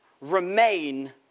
Remain